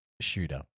shooter